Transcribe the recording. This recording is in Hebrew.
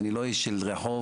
אני לא איש של רחוב,